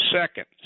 seconds